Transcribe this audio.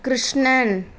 Krishnan